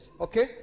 Okay